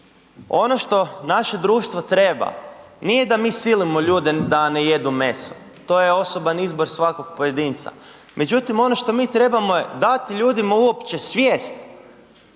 ono što naše društvo treba nije da mi silimo ljude da ne jedu meso, to je osoban izbor svakoga pojedinca, međutim ono što mi trebamo je dati ljudima uopće svijest